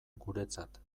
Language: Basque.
guretzat